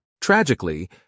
Tragically